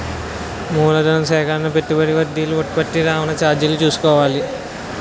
మూలధన సేకరణ పెట్టుబడి వడ్డీలు ఉత్పత్తి రవాణా చార్జీలు చూసుకోవాలి